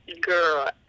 girl